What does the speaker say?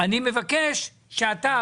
אני מבקש שאתה,